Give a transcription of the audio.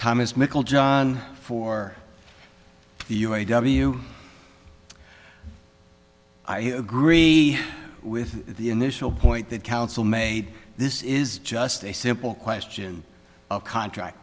thomas mikel john for the u a w i agree with the initial point that counsel made this is just a simple question of contract